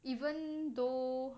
even though